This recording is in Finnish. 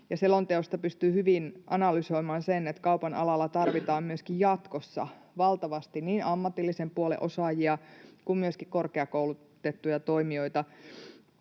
selonteosta pystyy hyvin analysoimaan sen, että kaupan alalla tarvitaan myöskin jatkossa valtavasti niin ammatillisen puolen osaajia kuin myöskin korkeakoulutettuja toimijoita.